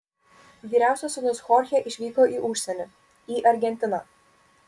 vyriausias sūnus chorchė išvyko į užsienį į argentiną